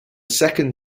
second